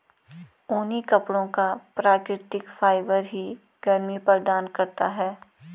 ऊनी कपड़ों का प्राकृतिक फाइबर ही गर्मी प्रदान करता है